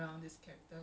ya